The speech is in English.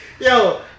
Yo